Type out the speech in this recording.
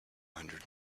hundred